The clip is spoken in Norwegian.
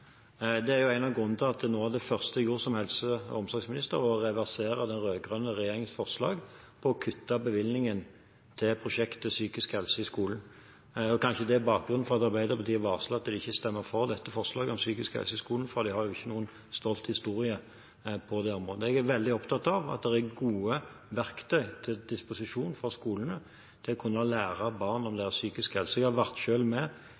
de har jo ikke noen stolt historie på dette området. Jeg er veldig opptatt av at det er gode verktøy til disposisjon for skolene til å kunne lære barn om deres psykiske helse. Jeg har selv vært med